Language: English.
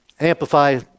Amplify